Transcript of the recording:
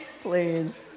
please